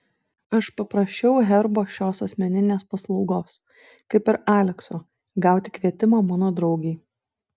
aš paprašiau herbo šios asmeninės paslaugos kaip ir alekso gauti kvietimą mano draugei